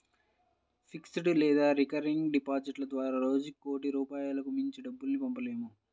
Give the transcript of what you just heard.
fixed లేదా recurring డిపాజిట్ల ద్వారా రోజుకి కోటి రూపాయలకు మించి డబ్బుల్ని పంపలేము